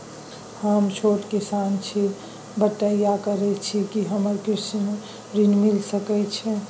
हम छोट किसान छी, बटईया करे छी कि हमरा कृषि ऋण मिल सके या?